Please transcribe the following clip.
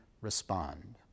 respond